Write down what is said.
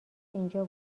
اینجا